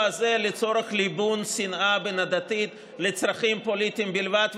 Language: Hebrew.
הזה לצורך ליבוי שנאה בין-עדתית לצרכים פוליטיים בלבד,